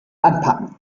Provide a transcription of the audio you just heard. anpacken